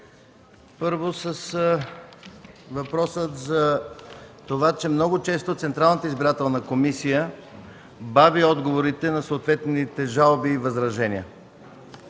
Първо, с въпроса за това, че Централната избирателна комисия често бави отговорите на съответните жалби и възражения.